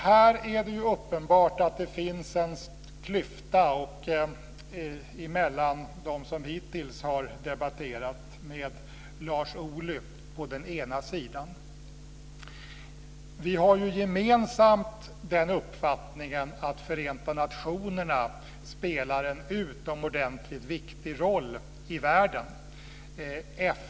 Här är det uppenbart att det finns en klyfta mellan dem som hittills har debatterat, med Lars Ohly på den ena sidan. Vi har gemensamt den uppfattningen att Förenta nationerna spelar en utomordentligt viktig roll i världen.